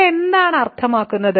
ഇത് എന്താണ് അർത്ഥമാക്കുന്നത്